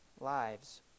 lives